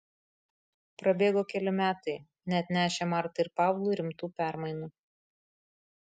prabėgo keli metai neatnešę martai ir pavlui rimtų permainų